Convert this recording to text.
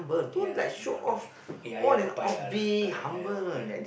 ya don't do this ya ya papaya lah correct ya ya papaya